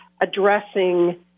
addressing